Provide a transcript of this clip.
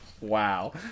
Wow